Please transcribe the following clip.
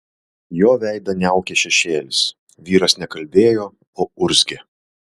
jo veidą niaukė šešėlis vyras ne kalbėjo o urzgė